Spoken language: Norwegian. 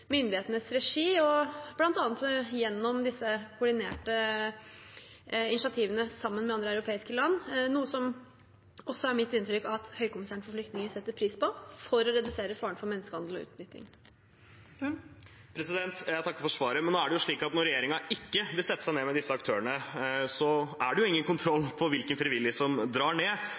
myndighetenes regi og bl.a. gjennom disse koordinert initiativene sammen med andre europeiske land, noe som også er mitt inntrykk at Høykommissæren for flyktninger setter pris på for å redusere faren for menneskehandel og utnytting. Jeg takker for svaret, men når regjeringen ikke vil sette seg ned med disse aktørene, er det ingen kontroll på hvilke frivillige som drar ned,